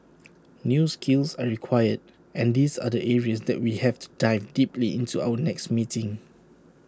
new skills are required and these are the areas that we have to dive deeply into in our next meeting